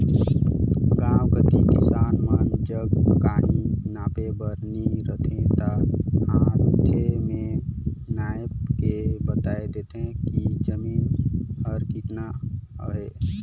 गाँव कती किसान मन जग काहीं नापे बर नी रहें ता हांथे में नाएप के बताए देथे कि जमीन हर केतना अहे